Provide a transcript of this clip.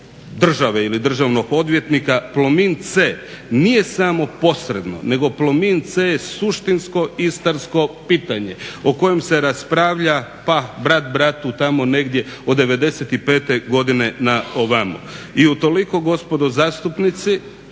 države ili državnog odvjetnika. Plomin C nije samo posredno nego Plomin C je suštinsko istarsko pitanje o kojem se raspravlja pa brat bratu tamo negdje od '95. godine na ovamo i utoliko gospodo zastupnici